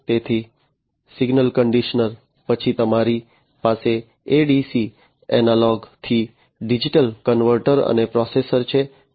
તેથી signal conditioner પછી તમારી પાસે ADC એનાલોગ થી ડિજિટલ કન્વર્ટર અને પ્રોસેસર છે